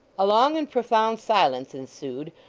a long and profound silence ensued,